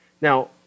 Now